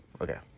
okay